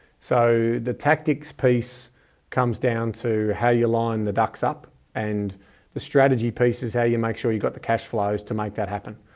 so the tactics piece comes down to how you line the ducks up and the strategy pieces, how you make sure you've got the cash flows to make that happen.